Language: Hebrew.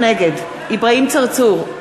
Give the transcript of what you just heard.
נגד אברהים צרצור,